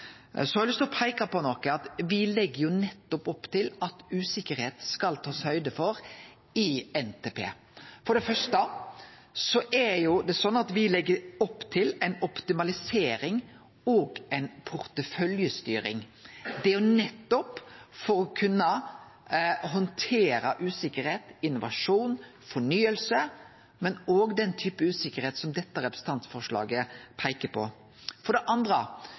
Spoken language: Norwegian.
Så har eg lyst til å peike på noko. Me legg nettopp opp til at uvisse skal takast høgd for, i NTP. For det første er det slik at me legg opp til ei optimalisering og ei porteføljestyring, og det er jo nettopp for å kunne handtere uvisse, innovasjon og fornying, men òg den typen uvisse som dette representantforslaget peikar på. For det andre